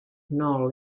knoll